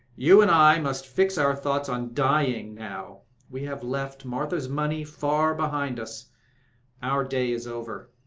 you and i must fix our thoughts on dying now we have left martha's money far behind us our day is over.